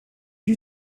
you